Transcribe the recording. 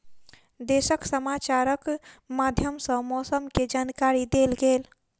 देशक समाचारक माध्यम सॅ मौसम के जानकारी देल गेल